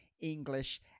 English